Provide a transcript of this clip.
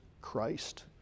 Christ